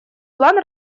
план